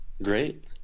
great